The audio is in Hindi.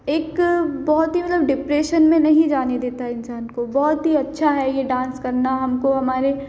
एक बहुत ही मतलब डिप्रेशन में नहीं जाने देता है इंसान को बहुत ही अच्छा है ये डांस करना हमको हमारे